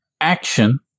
action